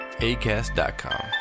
ACAST.com